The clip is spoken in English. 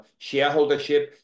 shareholdership